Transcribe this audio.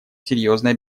серьезной